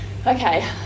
okay